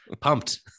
pumped